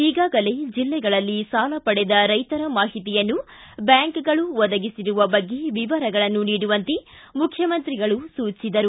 ಈಗಾಗಲೇ ಜಿಲ್ಲೆಗಳಲ್ಲಿ ಸಾಲ ಪಡೆದ ರೈತರ ಮಾಹಿತಿಯನ್ನು ಬ್ಯಾಂಕ್ಗಳು ಒದಗಿಸಿರುವ ಬಗ್ಗೆ ವಿವರಗಳನ್ನು ನೀಡುವಂತೆ ಮುಖ್ಯಮಂತ್ರಿಗಳು ಸೂಚಿಸಿದರು